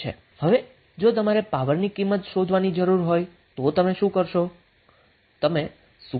હવે જો તમારે પાવરની કિંમત શોધવાની જરૂર હોય તો તમે શું કરી શકો છો